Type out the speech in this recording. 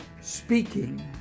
speaking